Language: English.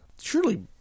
Surely